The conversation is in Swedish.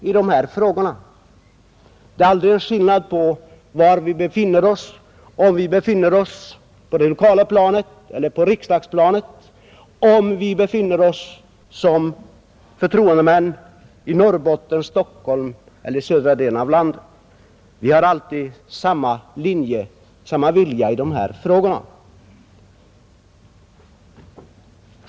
Det är aldrig fråga om någon åsiktsskillnad mellan centerföreträdare oavsett var vi befinner oss, om vi befinner oss på det kommunala planet eller på riksdagsplanet, om vi är förtroendemän i Norrbotten, Stockholm eller södra delen av landet — vi har alltid samma linje, samma vilja i dessa frågor.